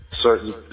certain